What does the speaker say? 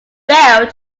failed